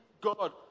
god